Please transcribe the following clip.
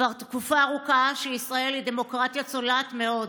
כבר תקופה ארוכה שישראל היא דמוקרטיה צולעת מאוד.